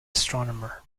astronomer